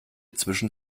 zwischen